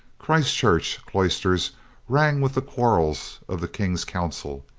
christ church cloisters rang with the quarrels of the king's council.